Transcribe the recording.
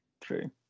True